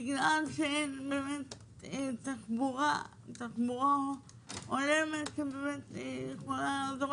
בגלל שאין תחבורה הולמת שיכולה לעזור